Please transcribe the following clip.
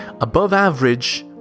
Above-average